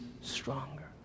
stronger